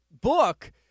book